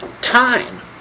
time